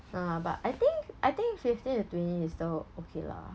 ah but I think I think fifteen to twenty is still okay lah